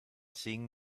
seeing